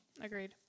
agreed